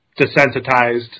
desensitized